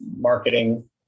marketing